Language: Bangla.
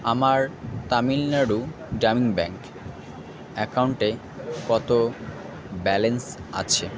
আমার তামিলনাড়ু গ্রামীণ ব্যাঙ্ক অ্যাকাউন্টে কত ব্যালেন্স আছে